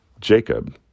Jacob